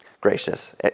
gracious